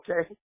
Okay